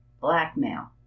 Blackmail